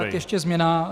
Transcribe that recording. Ještě změna.